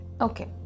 Okay